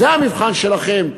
זה המבחן שלכם,